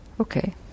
Okay